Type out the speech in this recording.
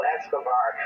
Escobar